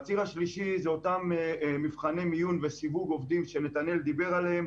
בציר השלישי זה אותם מבחני מיון וסיווג עובדים שנתנאל דיבר עליהם.